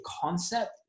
concept